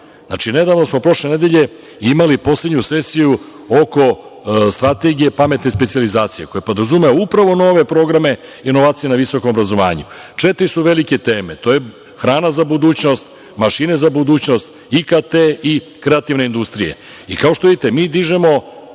Nedavno smo prošle nedelje imali poslednju sesiju oko strategije pametne specijalizacije, koja podrazumeva upravo nove programe inovacija na visokom obrazovanju. Četiri su velike teme. To je hrana za budućnost, mašine za budućnost, IKT i kreativne industrije. Kao